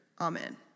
amen